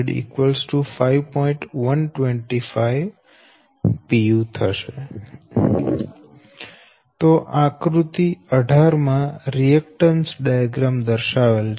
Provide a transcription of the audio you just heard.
125 pu તો આકૃતિ 18 માં રિએકટન્સ ડાયાગ્રામ દર્શાવેલ છે